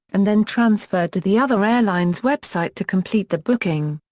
and then transferred to the other airline's website to complete the booking.